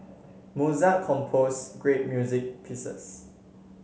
Mozart compose great music pieces